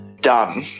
done